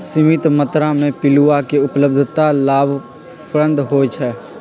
सीमित मत्रा में पिलुआ के उपलब्धता लाभप्रद होइ छइ